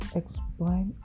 explain